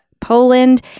Poland